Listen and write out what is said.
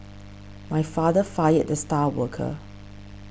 my father fired the star worker